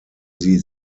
sie